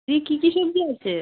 কী কী কী কিনতে হচ্ছে